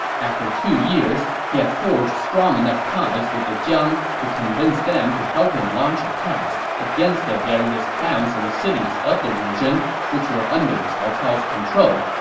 after two years, years, he had forged strong enough ties with the jiang to convince them to help him launch attacks against the various towns and cities of the region, which were under cao cao's control.